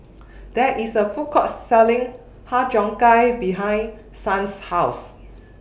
There IS A Food Court Selling Har Cheong Gai behind Son's House